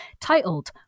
titled